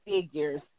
figures